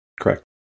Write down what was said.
Correct